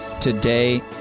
today